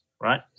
right